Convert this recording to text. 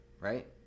right